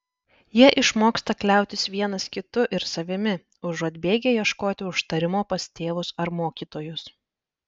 jie išmoksta kliautis vienas kitu ir savimi užuot bėgę ieškoti užtarimo pas tėvus ar mokytojus